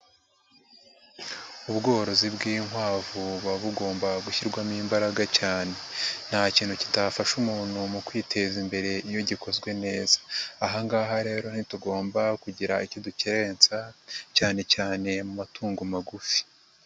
Ubworozi bw'inkwavu buba bugomba gushyirwamo imbaraga cyane. Nta kintu kitafasha umuntu mu kwiteza imbere iyo gikozwe neza. Aha ngaha rero ntitugomba kugira icyo dukerensa cyane cyane mu matungo magufi.